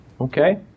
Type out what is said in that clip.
Okay